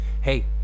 hey